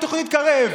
מה עם תוכנית קרב?